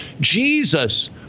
Jesus